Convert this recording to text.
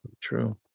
True